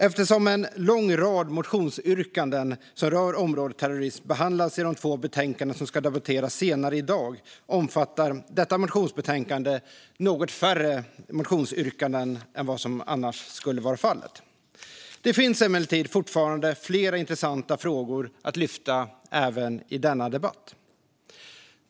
Eftersom en lång rad motionsyrkanden som rör området terrorism behandlas i de två betänkanden som ska debatteras senare i dag omfattar detta motionsbetänkande något färre motionsyrkanden än vad som annars skulle vara fallet. Det finns emellertid fortfarande flera intressanta frågor att ta upp även i denna debatt.